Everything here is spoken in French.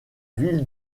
ville